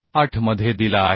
8मध्ये दिला आहे